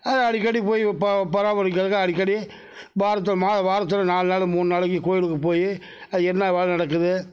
அது அடிக்கடி போய் பராமரிக்கிறதுக்கு அடிக்கடி வாரத்தில் வாரத்தில் நாலு நாளு மூணு நாளைக்கு கோவிலுக்கு போய் அது என்ன வேலை நடக்குது